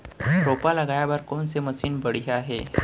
रोपा लगाए बर कोन से मशीन बढ़िया हे?